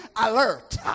alert